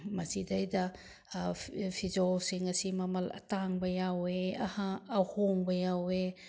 ꯃꯁꯤꯗꯒꯤꯁꯤꯗ ꯐꯤꯖꯣꯜꯁꯤꯡ ꯑꯁꯤ ꯃꯃꯜ ꯑꯇꯥꯡꯕ ꯌꯥꯎꯋꯦ ꯑꯍꯣꯡꯕ ꯌꯥꯎꯋꯦ